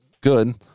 good